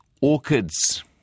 orchids